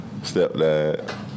stepdad